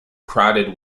crowded